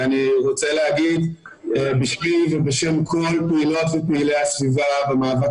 אני רוצה לומר בשמי ובשם כל פעילות ופעילי הסביבה במאבק